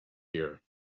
here